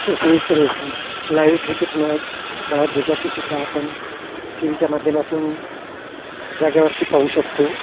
तसेच live cricket match बाहेर देशातली सुद्धा आपण टी व्हीच्या माध्यमातून जाग्यावरती पाहू शकतो